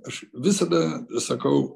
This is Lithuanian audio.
aš visada sakau